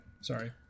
sorry